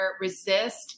Resist